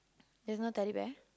there's no Teddy Bear